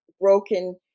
broken